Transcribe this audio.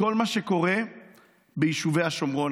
בכל מה שקורה ביישובי השומרון.